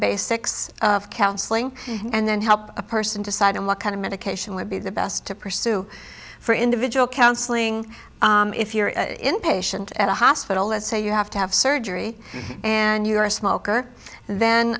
basics of counseling and then help a person decide on what kind of medication would be the best to pursue for individual counseling if you're an inpatient at a hospital let's say you have to have surgery and you're a smoker then